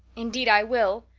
indeed i will,